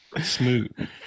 Smooth